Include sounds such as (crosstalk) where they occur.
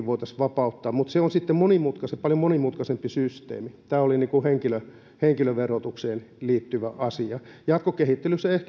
(unintelligible) voitaisiin vapauttaa mutta se on sitten paljon monimutkaisempi systeemi tämä oli henkilöverotukseen liittyvä asia jatkokehittelyssä